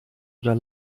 oder